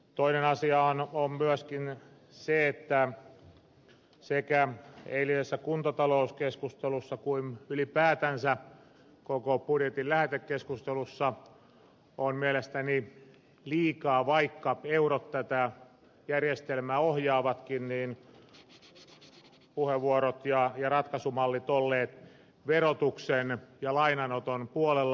toinen asia on myöskin se että niin eilisessä kuntatalouskeskustelussa kuin ylipäätänsä koko budjetin lähetekeskustelussa ovat mielestäni liikaa vaikka eurot tätä järjestelmää ohjaavatkin puheenvuorot ja ratkaisumallit olleet verotuksen ja lainanoton puolella